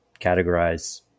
categorize